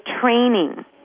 training